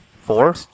Four